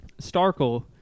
Starkle